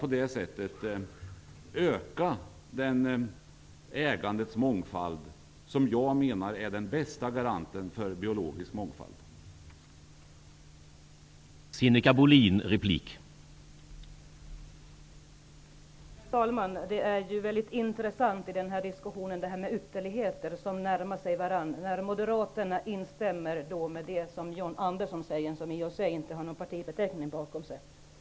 På det sättet kommer den ägandets mångfald som jag menar är den bästa garanten för biologisk mångfald att öka.